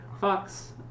fox